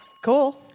Cool